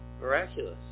Miraculous